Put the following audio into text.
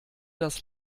das